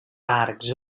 parcs